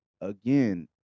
Again